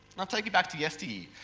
i'll take you back to yesteryear,